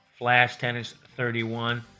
FlashTennis31